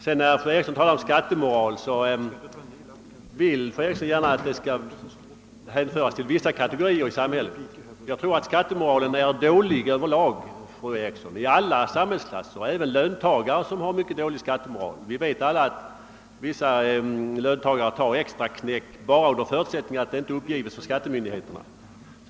Fru Eriksson vill när hon talar om den dåliga skattemoralen gärna hänföra denna till vissa kategorier i samhället. Jag tror dock att skattemoralen över lag är dålig i alla samhällsklasser. Det finns även löntagare som har mycket dålig skattemoral. Vi vet alla att vissa löntagare tar »extraknäck» bara under förutsättning att det inte uppges för skattemyndigheterna.